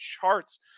charts